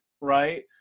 right